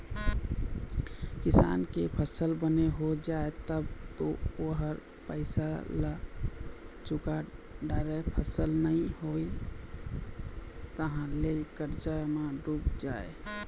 किसान के फसल बने हो जाए तब तो ओ ह पइसा ल चूका डारय, फसल नइ होइस तहाँ ले करजा म डूब जाए